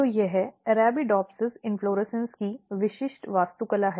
तो यह Arabidopsis inflorescence की विशिष्ट वास्तुकला है